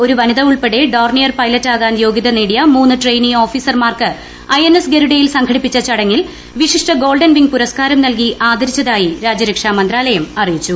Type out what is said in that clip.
ഒരു വനിത ഉൾപ്പെടെ ഡോർണിയർ പൈലറ്റാകാൻ പ്ലൂ ഓഫീസർമാർക്ക് ഐ എൻ എസ് ഗരുഡയിൽ സംഘടിപ്പിച്ച ചടങ്ങിൽ വിശിഷ്ട ഗോൾഡൻ വീംഗ് പുരസ്കാരം നൽകി ആദരിച്ചതായി രാജ്യരക്ഷാ മന്ത്രാലയം അറിയിച്ചു